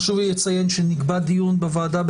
חשוב לי לציין שנקבע דיון בוועדה,